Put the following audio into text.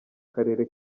karere